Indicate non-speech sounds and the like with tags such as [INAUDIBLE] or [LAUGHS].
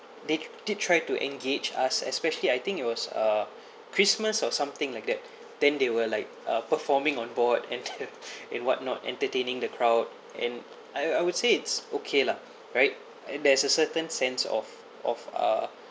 they did try to engage us especially I think it was uh christmas or something like that then they will like uh performing on board and [LAUGHS] and whatnot entertaining the crowd and I I would say it's okay lah right and there's a certain sense of of uh